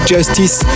Justice